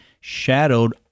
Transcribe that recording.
shadowed